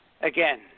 again